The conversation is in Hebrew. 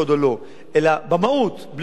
בלי שום קשר כרגע להסכם קואליציוני,